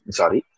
sorry